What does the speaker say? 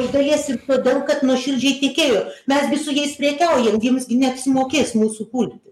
iš dalies ir todėl kad nuoširdžiai tikėjo mes gi su jais prekiaujam jiems gi neapsimokės mūsų pulti